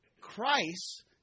Christ